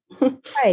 Right